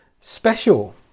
special